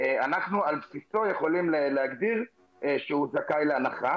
אנחנו על בסיסו יכולים להגדיר שהוא זכאי להנחה,